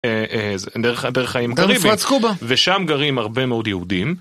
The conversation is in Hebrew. דרך האיים הקריביים (גם מפרץ קובה), ושם גרים הרבה מאוד יהודים